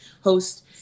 host